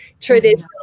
traditional